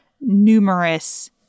numerous